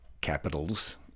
capitals